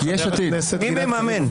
מי מממן?